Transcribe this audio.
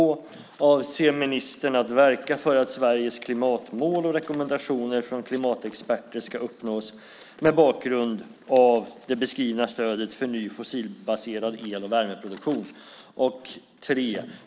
Hur avser ministern att verka för att Sveriges klimatmål och rekommendationer från klimatexperter ska uppnås med bakgrund av det beskrivna stödet för ny fossilbaserad el och värmeproduktion? 3.